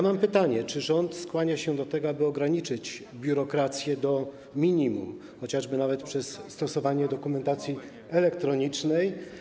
Mam pytanie: Czy rząd skłania się do tego, aby ograniczyć biurokrację do minimum, chociażby nawet poprzez stosowanie dokumentacji elektronicznej?